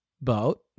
boat